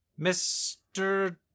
Mr